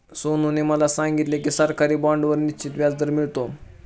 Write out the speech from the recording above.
सोनूने मला सांगितले की सरकारी बाँडवर निश्चित व्याजदर मिळतो